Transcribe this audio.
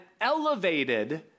elevated